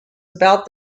about